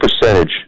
percentage